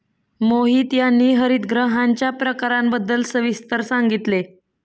मोहित यांनी हरितगृहांच्या प्रकारांबद्दल सविस्तर सांगितले